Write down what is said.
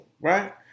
right